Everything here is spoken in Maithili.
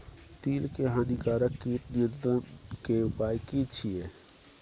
तिल के हानिकारक कीट नियंत्रण के उपाय की छिये?